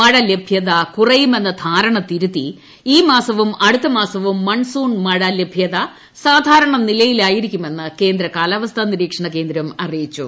മഴ ലഭ്യത കുറയുമെന്ന ധാരണ തിരുത്തി ഈ മാസവും അടുത്ത മാസവും മൺസൂൺ മഴ ലഭ്യത സാധാരണ നിലയിലായിരിക്കുമെന്ന് കേന്ദ്ര കാലാവസ്ഥാ നിരീക്ഷണ കേന്ദ്രം അറിയിച്ചു